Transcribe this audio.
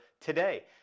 today